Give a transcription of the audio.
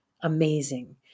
Amazing